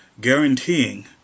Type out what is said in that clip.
guaranteeing